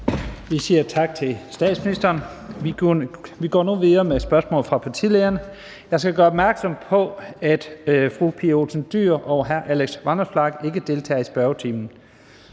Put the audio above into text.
Vi siger tak til statsministeren. Vi går nu videre med spørgsmål fra partilederne. Jeg skal gøre opmærksom på, at fru Pia Olsen Dyhr og hr. Alex Vanopslagh ikke deltager i spørgetimen.